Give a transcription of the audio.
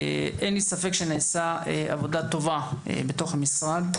אין לי ספק שנעשתה עבודה טובה במשרד.